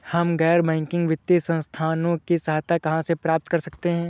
हम गैर बैंकिंग वित्तीय संस्थानों की सहायता कहाँ से प्राप्त कर सकते हैं?